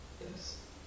Yes